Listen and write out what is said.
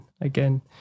again